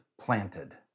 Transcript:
planted